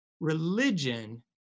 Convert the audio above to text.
religion